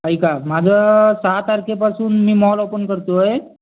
ऐका माझं सहा तारखेपासून मी मॉल ओपन करतो आहे